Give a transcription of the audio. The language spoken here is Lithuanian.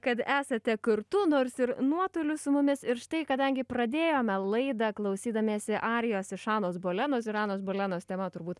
kad esate kartu nors ir nuotoliu su mumis ir štai kadangi pradėjome laidą klausydamiesi arijos iš anos bolenos ir anos bolenos tema turbūt